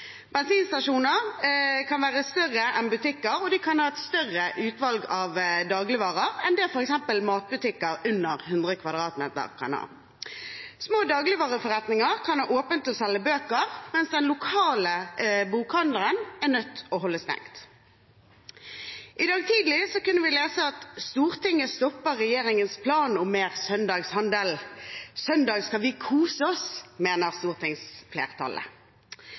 Bensinstasjoner kan være større enn butikker, og de kan ha større utvalg av dagligvarer enn det f.eks. matbutikker under 100 m 2 kan ha. Små dagligvareforretninger kan ha åpent og selge bøker, mens den lokale bokhandleren er nødt til å holde stengt. I dag tidlig kunne vi lese: «Stortinget stopper regjeringens plan om mer søndagshandel. Søndager skal vi kose oss, mener stortingsflertallet.»